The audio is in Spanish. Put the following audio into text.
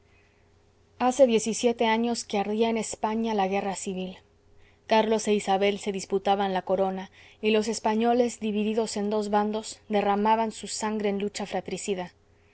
hace diez y siete años que ardía en españa la guerra civil carlos e isabel se disputaban la corona y los españoles divididos en dos bandos derramaban su sangre en lucha fratricida